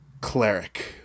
cleric